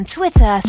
Twitter